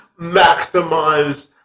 maximize